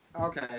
Okay